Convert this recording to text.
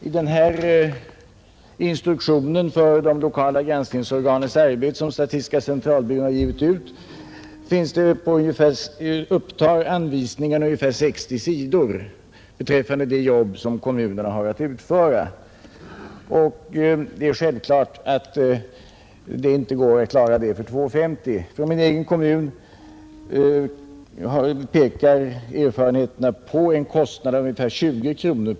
I den instruktion för de lokala granskningsorganens arbete, som statistiska centralbyrån givit ut, upptar anvisningarna beträffande det arbete som kommunerna har att utföra ungefär 60 sidor. Det är sj att allt detta inte kan klaras för en kostnad av 2:50 per hushåll. För min egen kommun pekar erfarenheterna på en kostnad av ungefär 20 kr.